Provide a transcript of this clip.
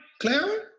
Clara